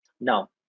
Now